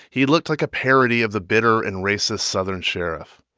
he looked like a parody of the bitter and racist southern sheriff.